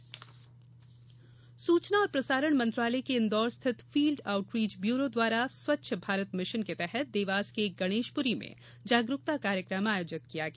स्वच्छता अभियान सूचना और प्रसारण मंत्रालय के इंदौर स्थित फील्ड आऊटरीच ब्यूरो द्वारा स्वच्छ भारत मिशन के तहत देवास के गणेशप्री में जागरुकता कार्यक्रम आयोजित किया गया